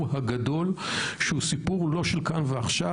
הגדול שהוא סיפור לא של כאן ועכשיו,